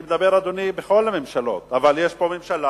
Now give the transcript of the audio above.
אני מדבר, אדוני, בכל הממשלות, אבל יש פה ממשלה